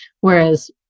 whereas